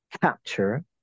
capture